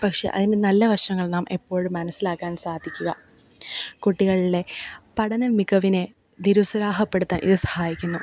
പക്ഷേ അതിന് നല്ല വശങ്ങൾ നാം എപ്പോഴും മനസിലാക്കാൻ സാധിക്കുക കുട്ടികളിലെ പഠന മികവിനെ നിരുത്സാഹപ്പെടുത്താൻ ഇത് സഹായിക്കുന്നു